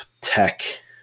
tech